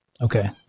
Okay